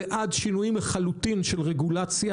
ועד שינויים לחלוטין של רגולציה,